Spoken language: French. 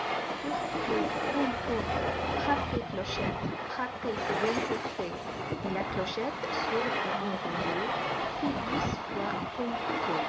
poum poum frappez clochettes frappez c'est bientôt fait et la clochette sourde et enrouée fit douze fois